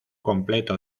completo